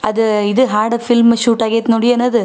ಅದು ಇದು ಹಾಡು ಫಿಲ್ಮ್ ಶೂಟ್ ಆಗ್ಯೈತಿ ನೋಡಿ ಏನದು